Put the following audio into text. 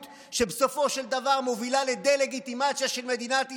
שבסופו של דבר מובילה לדה-לגיטימציה של מדינת ישראל.